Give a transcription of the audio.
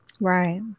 Right